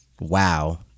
Wow